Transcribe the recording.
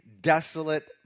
desolate